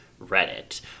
Reddit